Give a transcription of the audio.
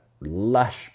lush